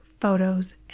photos